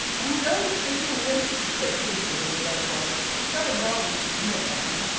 i'm going to give him this, she said simply in a low voice. it's so long to dinner-time.